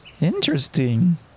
interesting